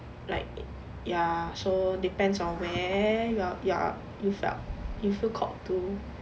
like ya so depends on where you're your're you felt you feel called to